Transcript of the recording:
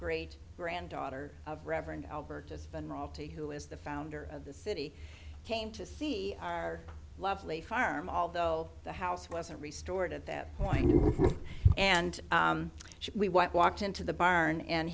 great granddaughter of reverend albert has been royalty who is the founder of the city came to see our lovely farm although the house was a resort at that point and she walked into the barn and